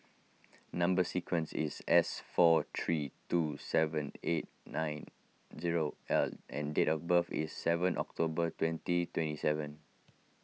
Number Sequence is S four three two seven eight nine zero L and date of birth is seven October twenty twenty seven